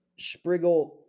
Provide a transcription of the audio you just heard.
Spriggle